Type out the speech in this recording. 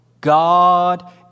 God